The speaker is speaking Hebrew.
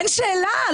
אין שאלה.